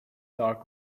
dark